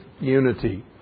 unity